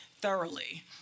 thoroughly